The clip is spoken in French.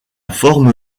forme